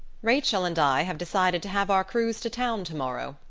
rachel and i have decided to have our cruise to town tomorrow,